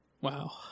Wow